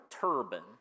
turban